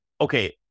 okay